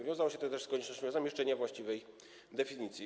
Wiązało się to też z koniecznością zamieszczenia właściwej definicji.